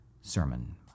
sermon